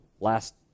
last